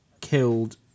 killed